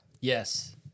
Yes